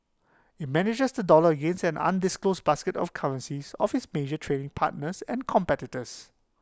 IT manages the dollar against an undisclosed basket of currencies of its major trading partners and competitors